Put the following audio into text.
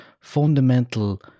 fundamental